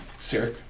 sir